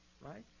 right